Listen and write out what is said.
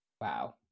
wow